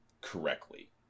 Correctly